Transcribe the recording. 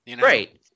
Right